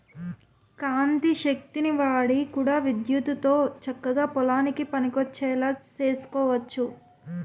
కాంతి శక్తిని వాడి కూడా విద్యుత్తుతో చక్కగా పొలానికి పనికొచ్చేలా సేసుకోవచ్చు